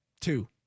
Two